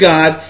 God